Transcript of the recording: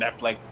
Netflix